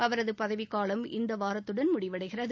அவரது பதவிக்காலம் இந்த வாரத்துடன் முடிவடைகிறது